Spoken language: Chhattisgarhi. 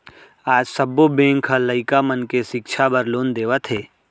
आज सब्बो बेंक ह लइका मन के सिक्छा बर लोन देवत हे